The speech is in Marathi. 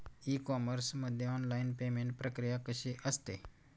ई कॉमर्स मध्ये ऑनलाईन पेमेंट प्रक्रिया कशी असते?